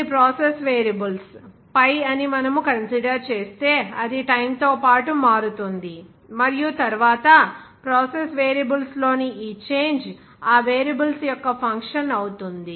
కొన్ని process variables pi అని మనము కన్సిడర్ చేస్తే అది టైమ్ తో పాటు మారుతుంది మరియు తరువాత ప్రాసెస్ వేరియబుల్స్ లోని ఈ చేంజ్ ఆ వేరియబుల్స్ యొక్క ఫంక్షన్ అవుతుంది